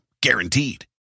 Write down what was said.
Guaranteed